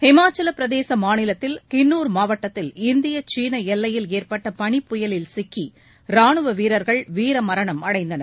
ஹிமாச்சல பிரதேச மாநிலத்தில் கின்னூர் மாவட்டத்தில் இந்திய சீன எல்லையில் ஏற்பட்ட பனிப்புயலில் சிக்கி ராணுவ வீரர்கள் வீர மரணம் அடைந்தனர்